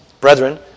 Brethren